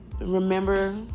Remember